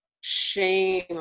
shame